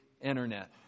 Internet